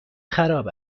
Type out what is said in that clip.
خراب